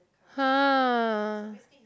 [huh]